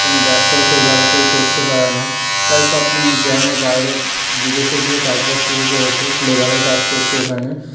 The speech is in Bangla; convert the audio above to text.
কোনো ব্যবসাও সেইভাবে কেউ করতে পারে না তাই সব গ্রামের বাইরে বিদেশে গিয়ে কাজবাজ শুরু করেছে লেবারের কাজ করছে ওখানে